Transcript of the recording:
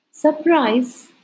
Surprise